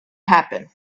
happen